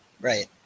Right